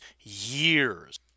Years